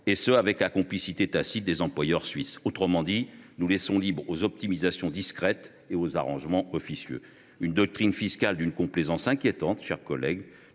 40 %, avec la complicité tacite des employeurs suisses. Autrement dit, nous laissons libre cours aux optimisations discrètes et aux arrangements officieux. Cette doctrine fiscale est d’une complaisance inquiétante, alors que